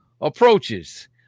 approaches